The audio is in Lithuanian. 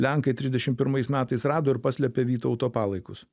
lenkai trisdešimt pirmais metais rado ir paslėpė vytauto palaikus